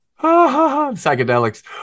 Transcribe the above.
Psychedelics